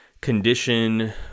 condition